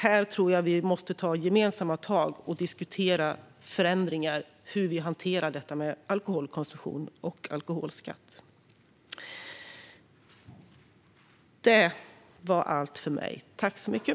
Här tror jag att vi måste ta gemensamma tag och diskutera förändringar i hur vi hanterar alkoholkonsumtion och alkoholskatt.